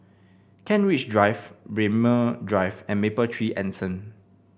Kent Ridge Drive Braemar Drive and Mapletree Anson